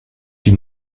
die